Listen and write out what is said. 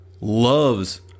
loves